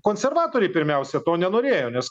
konservatoriai pirmiausia to nenorėjo nes